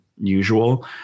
usual